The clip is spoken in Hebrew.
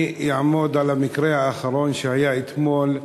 אני אעמוד על המקרה האחרון שהיה אתמול,